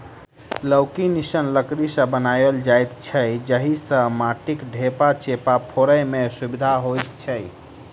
चौकी निस्सन लकड़ी सॅ बनाओल जाइत छै जाहि सॅ माटिक ढेपा चेपा फोड़य मे सुविधा होइत छै